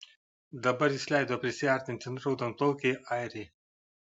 dabar jis leido prisiartinti raudonplaukei airei